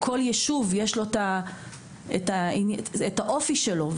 לכל ישוב יש את האופי שלו.